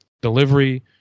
delivery